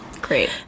Great